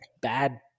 bad